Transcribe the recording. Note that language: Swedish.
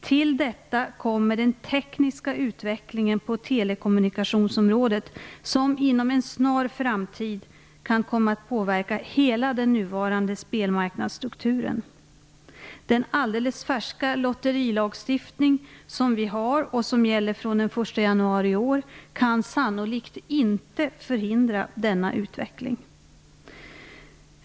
Till detta kommer den tekniska utvecklingen på telekommunikationsområdet som inom en snar framtid kan komma att påverka hela den nuvarande spelmarknadsstrukturen. Den alldeles färska lotterlilagstiftning som vi har och som gäller från den 1 januari i år kan sannolikt inte förhindra denna utveckling.